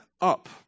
up